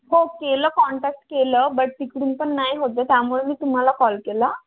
हो केलं कॉन्टॅक्ट केलं बट तिकडून पण नाही होत आहे त्यामुळे मी तुम्हाला कॉल केला